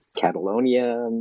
Catalonia